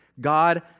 God